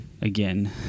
again